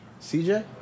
CJ